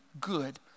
good